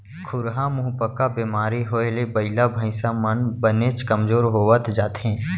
खुरहा मुहंपका बेमारी होए ले बइला भईंसा मन बनेच कमजोर होवत जाथें